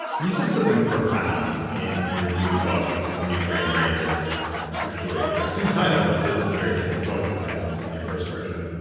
you said something profound in your new book, in the new grain brain that's actually got the same title, but it's a very different book than than your first version.